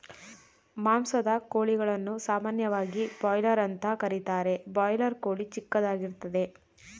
ಮಾಂಸದ ಕೋಳಿಗಳನ್ನು ಸಾಮಾನ್ಯವಾಗಿ ಬಾಯ್ಲರ್ ಅಂತ ಕರೀತಾರೆ ಬಾಯ್ಲರ್ ಕೋಳಿ ಚಿಕ್ಕದಾಗಿರ್ತದೆ